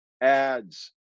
Ads